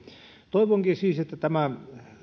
toivonkin siis että tämän hyvän ja tärkeän asian esille